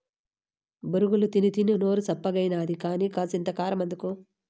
బొరుగులు తినీతినీ నోరు సప్పగాయినది కానీ, కాసింత కారమందుకో